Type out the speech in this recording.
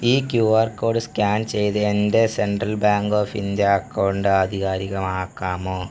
ഈ Q R code scan ചെയ്ത് എൻ്റെ Central Bank of India account ആധികാരികമാക്കാമോ